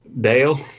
Dale